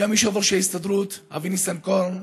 וגם יושב-ראש ההסתדרות אבי ניסנקורן.